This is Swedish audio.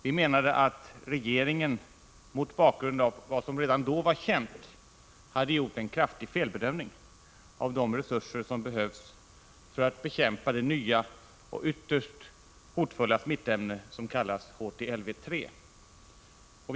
Vi menade att regeringen mot bakgrund av vad som redan då var känt hade gjort en kraftig felbedömning av de resurser som behövs för att bekämpa det nya och ytterst hotfulla smittoämnet som kallas HTLV-III.